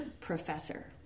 professor